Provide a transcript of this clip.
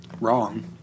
Wrong